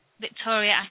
Victoria